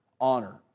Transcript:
honor